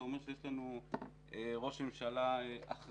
זה אומר שיש לנו ראש ממשלה אחראי,